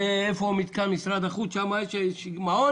יש מעון ליד משרד החוץ,